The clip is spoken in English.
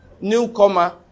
newcomer